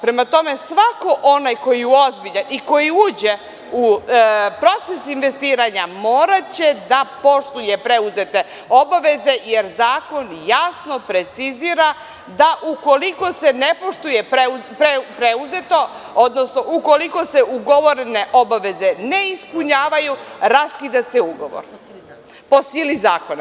Prema tome, svako onaj koji je ozbiljan i koji uđe u proces investiranja moraće da poštuje preuzete obaveze, jer zakon jasno precizira da ukoliko se ne poštuje preuzeto, odnosno ukoliko se ugovorene obaveze ne ispunjavaju, raskida se ugovor, po sili zakona.